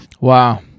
Wow